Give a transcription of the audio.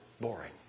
boring